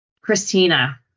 Christina